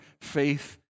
faith